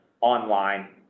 online